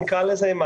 נקרא לזה,